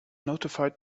notified